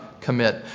commit